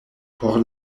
por